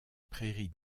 prairie